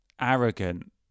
arrogant